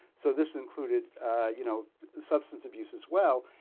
so, this included you know substance abuse as well.